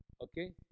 Okay